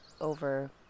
over